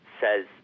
says